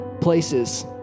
places